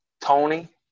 Tony